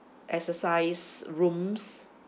exercise rooms